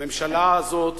הממשלה הזאת,